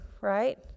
right